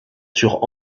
sur